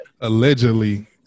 Allegedly